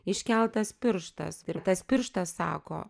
iškeltas pirštas ir tas pirštas sako